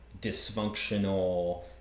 dysfunctional